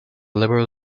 liberal